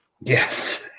Yes